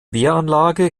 wehranlage